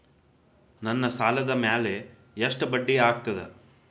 ನನ್ನ ಸಾಲದ್ ಮ್ಯಾಲೆ ಎಷ್ಟ ಬಡ್ಡಿ ಆಗ್ತದ?